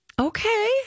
Okay